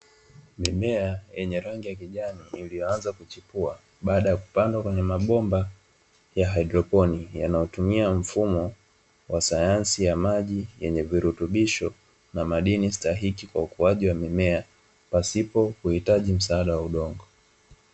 Mimea yenye rangi ya kijani iliyoanza kuchepua baada ya kupandwa kwenye mabomba ya haidroponi, yanayotumia mfumo wa sayansi ya maji yenye virutubisho na madini stahiki kwa ukuaji wa mimea pasipo kuhitaji msaada wa udongo.